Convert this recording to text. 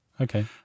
Okay